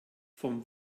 vom